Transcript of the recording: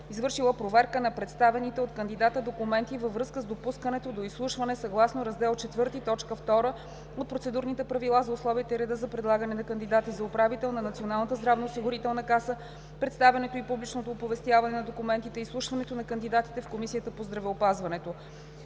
извършила проверка на представените от кандидата документи във връзка с допускането до изслушване съгласно Раздел ІV, т. 2 от Процедурните правила за условията и реда за предлагане на кандидати за управител на Националната здравноосигурителна каса, представянето и публичното оповестяване на документите и изслушването на кандидатите в Комисията по здравеопазването,